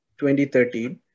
2013